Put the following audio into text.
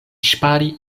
ŝpari